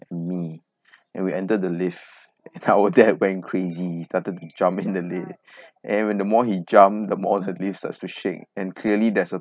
and me and we entered the lift and our dad went crazy he started he jump in then they and when the more he jumped the more the lift are switching and clearly there's a